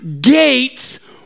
gates